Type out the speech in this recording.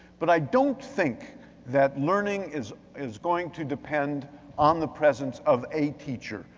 but i don't think that learning is is going to depend on the presence of a teacher.